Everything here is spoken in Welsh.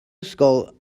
ysgol